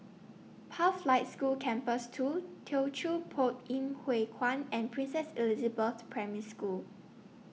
Pathlight School Campus two Teochew Poit Ip Huay Kuan and Princess Elizabeth Primary School